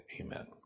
Amen